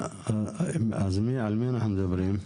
על מי אנחנו מדברים?